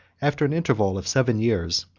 after an interval of seven years,